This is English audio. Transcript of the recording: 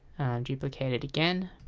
duplicate it again